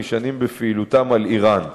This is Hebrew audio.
הנשענים בפעילותם על אירן.